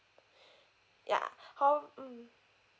ya howe~ mm